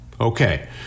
Okay